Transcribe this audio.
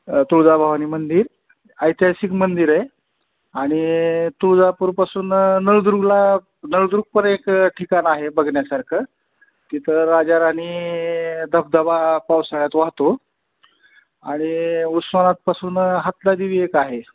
तुळजाभवानी मंदिर ऐतिहासिक मंदिर आहे आणि तुळजापूरपासून नळदुर्गला नळदुर्ग पण एक ठिकाण आहे बघण्यासारखं तिथं राजा राणी धबधबा पावसाळ्यात वाहतो आणि उस्मानाबादपासून हातला देवी एक आहे